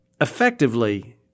Effectively